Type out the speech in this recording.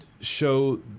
show